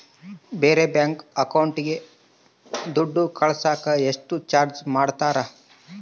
ಬೇರೆ ಬ್ಯಾಂಕ್ ಅಕೌಂಟಿಗೆ ದುಡ್ಡು ಕಳಸಾಕ ಎಷ್ಟು ಚಾರ್ಜ್ ಮಾಡತಾರ?